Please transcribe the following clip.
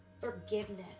forgiveness